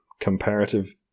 comparative